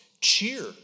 Cheer